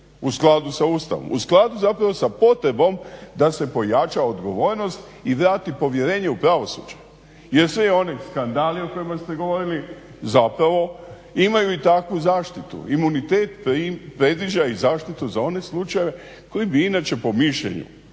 u skladu sa Ustavom, u skladu zapravo sa potrebom da se pojača odgovornost i vrati povjerenje u pravosuđe. Jer svi oni skandali o kojima ste govorili zapravo imaju i takvu zaštitu imunitet predviđa i zaštitu za one slučajeve koji bi inače po mišljenju,